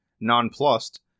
Nonplussed